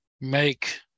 make